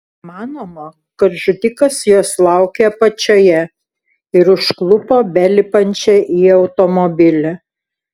manoma kad žudikas jos laukė apačioje ir užklupo belipančią į automobilį